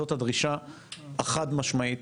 זאת הדרישה החד משמעית